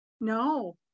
No